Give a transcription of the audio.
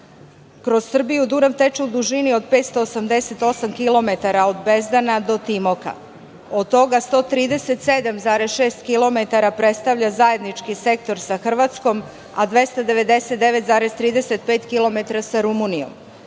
Kroz Srbiju, Dunav veče u dužini od 588 kilometara od Bezdana do Timoka. Od toga 137,6 km predstavlja zajednički sektor sa Hrvatskom, a 299,35 km sa Rumunijom.